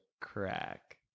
crack